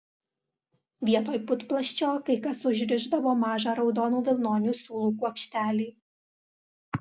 vietoj putplasčio kai kas užrišdavo mažą raudonų vilnonių siūlų kuokštelį